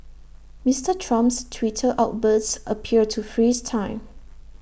Mister Trump's Twitter outbursts appear to freeze time